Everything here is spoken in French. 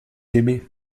aimé